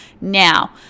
Now